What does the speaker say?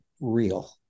real